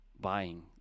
buying